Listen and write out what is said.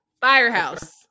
firehouse